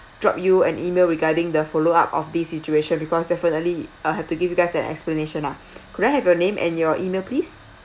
drop you an email regarding the follow up of this situation because definitely uh have to give you guys an explanation lah could I have your name and your email please